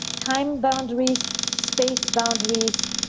time, boundaries, space boundaries.